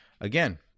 Again